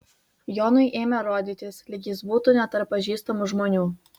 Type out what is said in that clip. jonui ėmė rodytis lyg jis būtų ne tarp pažįstamų žmonių